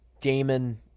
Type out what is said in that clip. Damon